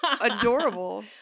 adorable